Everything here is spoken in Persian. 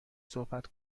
صحبت